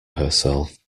herself